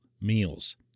meals